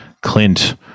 clint